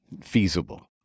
feasible